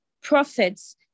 prophets